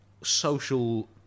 social